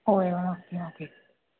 ओ एवमेवम् अस्तु ओ के